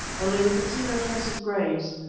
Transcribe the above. only we could see no trace of graves.